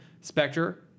Spectre